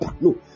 no